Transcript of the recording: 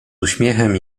uśmiechem